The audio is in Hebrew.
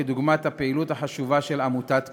דוגמת פעילותה החשובה של עמותת "פעמונים".